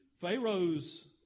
Pharaoh's